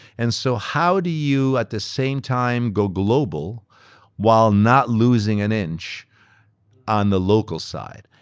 and so how do you, at the same time, go global while not losing an inch on the local side?